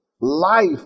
life